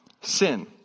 sin